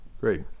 great